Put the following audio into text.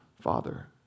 Father